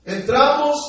Entramos